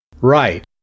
Right